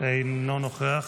אינו נוכח,